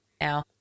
now